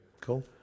Cool